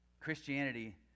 Christianity